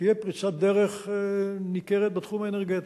שתהיה פריצת דרך ניכרת בתחום האנרגטי,